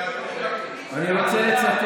שאדוני, אני רוצה לצטט.